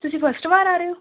ਤੁਸੀਂ ਫਸਟ ਵਾਰ ਆ ਰਹੇ ਹੋ